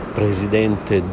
presidente